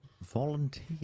Volunteer